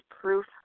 proof